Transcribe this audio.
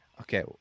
Okay